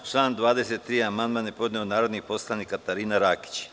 Na član 23. amandman je podnela narodna poslanica Katarina Rakić.